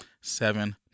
seven